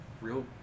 real